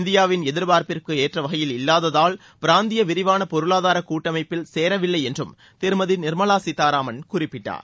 இந்தியாவின் எதிர்பார்ப்பிற்கு ஏற்ற வகையில் இல்லாததால் பிராந்திய விரிவான பொருளாதார கூட்டமைப்பில் சேரவில்லை என்றும் திருமதி நிர்மலா சீத்தாராமன் குறிப்பிட்டார்